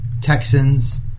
Texans